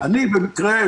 אני במקרה,